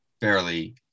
barely